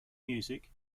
music